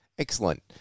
Excellent